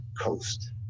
coast